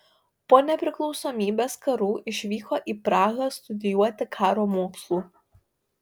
po nepriklausomybės karų išvyko į prahą studijuoti karo mokslų